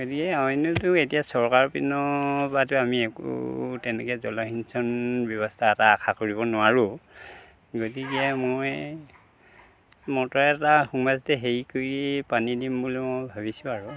অন্যটো এতিয়া চৰকাৰৰ পিনৰ পৰাতো আমি একো তেনেকৈ জলসিঞ্চন ব্যৱস্থা এটা আশা কৰিব নোৱাৰোঁ গতিকে মই মটৰ এটা সোঁ মাজতে হেৰি কৰিয়েই পানী দিম বুলি মই ভাবিছোঁ আৰু